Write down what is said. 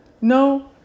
no